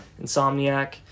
insomniac